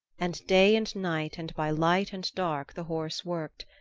and day and night and by light and dark the horse worked,